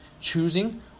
choosing